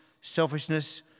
selfishness